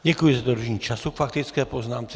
Děkuji za dodržení času k faktické poznámce.